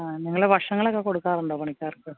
ആ നിങ്ങൾ ഭക്ഷണങ്ങളൊക്കെ കൊടുക്കാറുണ്ടോ പണിക്കാര്ക്ക്